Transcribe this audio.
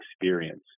experience